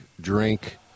drink